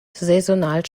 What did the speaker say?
saisonal